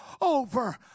over